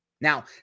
Now